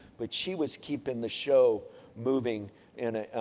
but she was keeping the show moving in a,